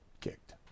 kicked